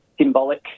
symbolic